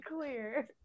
clear